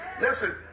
Listen